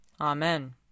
Amen